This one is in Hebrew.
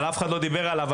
אבל אף אחד לא דיבר עליו,